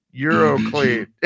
Euroclean